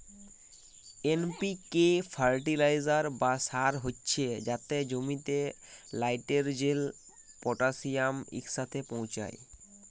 NPK fertiliser বা সার হছে যাতে জমিতে লাইটেরজেল, পটাশিয়াম ইকসাথে পৌঁছায়